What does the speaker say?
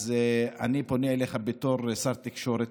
אז אני פונה אליך בתור שר תקשורת,